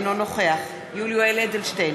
אינו נוכח יולי יואל אדלשטיין,